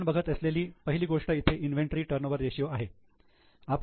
आपण बघत असलेली पहिली गोष्ट इथे इन्व्हेंटरी टर्नओव्हर रेषीयो आहे